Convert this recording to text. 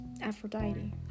Aphrodite